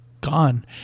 gone